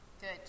Good